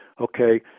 okay